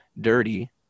dirty